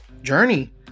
journey